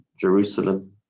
Jerusalem